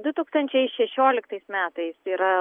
du tūkstančiai šešioliktais metais yra